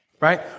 Right